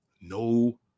no